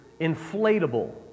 inflatable